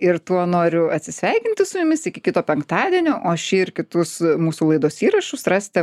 ir tuo noriu atsisveikinti su jumis iki kito penktadienio o šį ir kitus mūsų laidos įrašus rasite